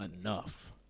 enough